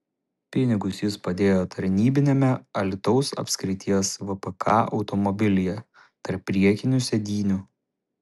pinigus jis padėjo tarnybiniame alytaus apskrities vpk automobilyje tarp priekinių sėdynių